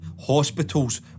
hospitals